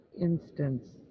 instance